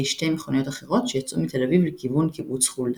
שתי מכוניות אחרות שיצאו מתל אביב לכיוון קיבוץ חולדה.